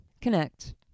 connect